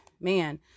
man